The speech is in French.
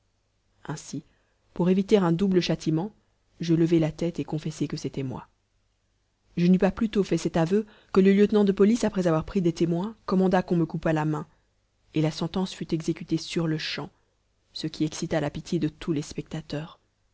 ainsi pour éviter un double châtiment je levai la tête et confessai que c'était moi je n'eus pas plus tôt fait cet aveu que le lieutenant de police après avoir pris des témoins commanda qu'on me coupât la main et la sentence fut exécutée sur-le-champ ce qui excita la pitié de tous les spectateurs